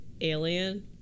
Alien